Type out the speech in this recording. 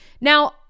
Now